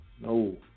no